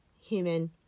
human